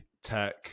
tech